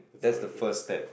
that's the first step